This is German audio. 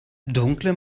dunkle